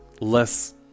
less